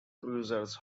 cruisers